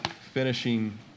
finishing